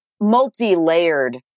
multi-layered